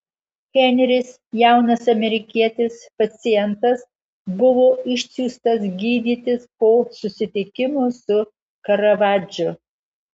henris jaunas amerikietis pacientas buvo išsiųstas gydytis po susitikimo su karavadžu